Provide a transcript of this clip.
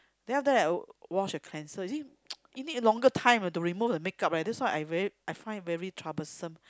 then after that I wash the cleanser you see you need longer time ah to remove the makeup leh that's why I very I find very troublesome